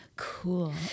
Cool